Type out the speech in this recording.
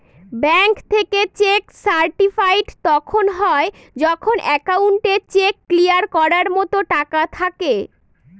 bank থেকে cheque certified তখন হয় যখন একাউন্টে চেক ক্লিয়ার করার মতো টাকা থাকে